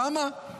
כמה?